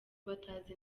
batazi